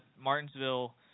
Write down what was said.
Martinsville